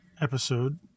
episode